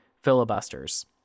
filibusters